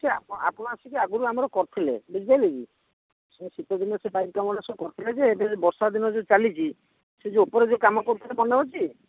କାମ ଆପଣ ଆସିକି ଆଗରୁ ଆମର କରିଥିଲେ ବୁଝିପାରିଲେ ସେ ଶୀତଦିନେ ସେ ପାଇପ୍ କାମ ସବୁ କରିଥିଲେ ଯେ ଏବେ ଯେଉଁ ବର୍ଷାଦିନ ଚାଲିଛି ସେ ଯେଉଁ ଉପରେ ଯେଉଁ କାମ କରିଥିଲେ ମନେ ଅଛି